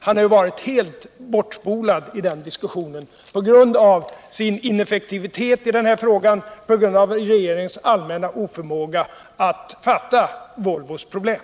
Han har ju varit helt bortspolad i den diskussion som förts om detta — på grund av sin ineffektivitet i den här frågan, på grund av regeringens allmänna oförmåga att fatta Volvos problem.